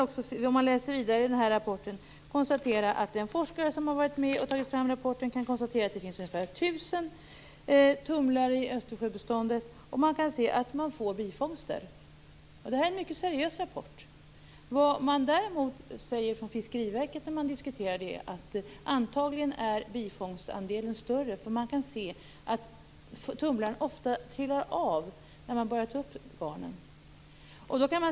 Om man läser vidare i rapporten kan man se att den forskare som har varit med och tagit fram rapporten konstaterar att det finns ungefär tusen tumlare i Östersjöbeståndet, och man kan se att fiskarna får bifångster. Detta är en mycket seriös rapport. Vad man däremot säger från Fiskeriverket när man diskuterar detta är att bifångstandelen antagligen är större. Tumlare trillar ofta av när man börjar ta upp garnen.